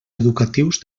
educatius